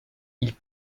ils